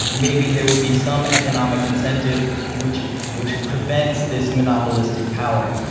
maybe there would be some economic incentive which which prevents this monopolistic power.